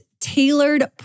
tailored